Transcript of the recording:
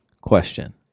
question